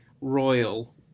royal